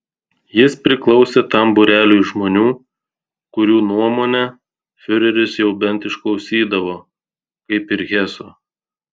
jis priklausė tam būreliui žmonių kurių nuomonę fiureris jau bent išklausydavo kaip ir heso